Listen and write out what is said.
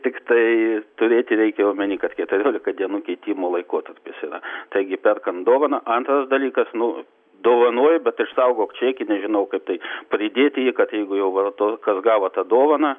tiktai turėti reikia omeny kad keturiolika dienų keitimo laikotarpis yra taigi perkant dovaną antras dalykas nu dovanoju bet išsaugok čekį nežinau kaip tai pridėti jį kad jeigu jau varto kas gavo tą dovaną